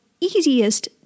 easiest